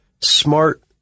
smart